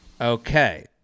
Okay